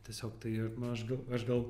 tai tiesiog tai nu aš aš gal